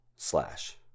Slash